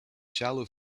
shallow